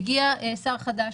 הגיע שר חדש,